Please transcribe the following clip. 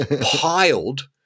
piled